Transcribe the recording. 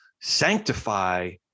sanctify